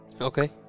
Okay